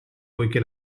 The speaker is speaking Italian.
poiché